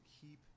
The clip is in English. keep